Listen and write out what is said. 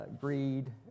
greed